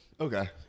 Okay